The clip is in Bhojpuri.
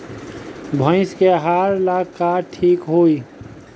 भइस के आहार ला का ठिक होई?